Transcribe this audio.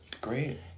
Great